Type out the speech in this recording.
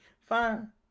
Fine